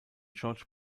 george